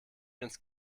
ins